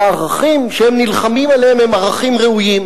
והערכים שהם נלחמים עליהם הם ערכים ראויים,